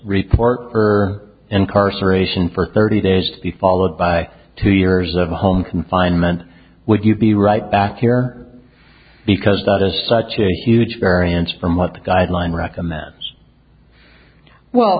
report for incarceration for thirty days to be followed by two years of home confinement would you be right back here because that is such a huge variance from what the guideline recommends well